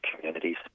communities